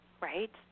right